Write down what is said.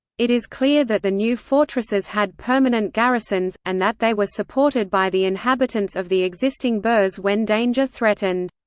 it is clear that the new fortresses had permanent garrisons, and that they were supported by the inhabitants of the existing burhs when danger threatened.